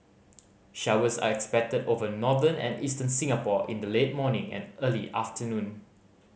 showers are expected over northern and eastern Singapore in the late morning and early afternoon